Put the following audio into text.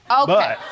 Okay